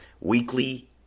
Weekly